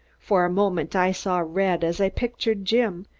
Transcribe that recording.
for a moment i saw red as i pictured jim,